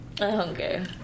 Okay